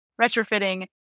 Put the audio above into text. retrofitting